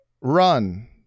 run